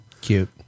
cute